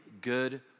good